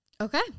Okay